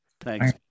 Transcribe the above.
Thanks